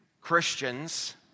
Christians